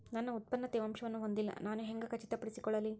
ನನ್ನ ಉತ್ಪನ್ನ ತೇವಾಂಶವನ್ನು ಹೊಂದಿಲ್ಲಾ ನಾನು ಹೆಂಗ್ ಖಚಿತಪಡಿಸಿಕೊಳ್ಳಲಿ?